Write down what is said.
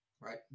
right